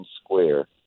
square